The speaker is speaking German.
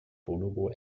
bonobo